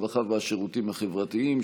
הרווחה והשירותים החברתיים,